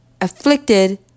afflicted